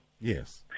Yes